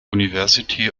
university